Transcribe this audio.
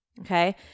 okay